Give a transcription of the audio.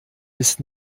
ist